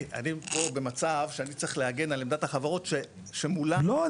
אני פה במצב שאני צריך להגן על עמדת החברות שמולן --- לא,